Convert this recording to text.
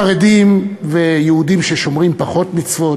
חרדים ויהודים ששומרים פחות מצוות,